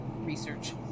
research